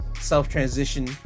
self-transition